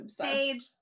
Page